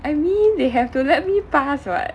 I mean they have to let me pass [what]